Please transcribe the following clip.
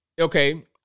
Okay